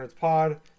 Pod